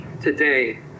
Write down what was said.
today